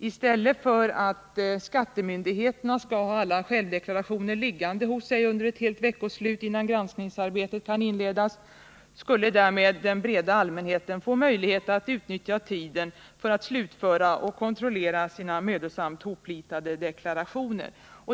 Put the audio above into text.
I stället för att skattemyndigheterna skall ha alla självdeklarationer liggande hos sig under ett helt veckoslut innan granskningsarbetet kan inledas, skulle därmed den breda allmänheten få möjlighet att utnyttja tiden för att slutföra och kontrollera sina mödosamt hopplitade deklarationer.